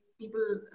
people